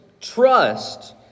trust